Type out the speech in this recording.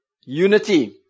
unity